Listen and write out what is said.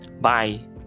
Bye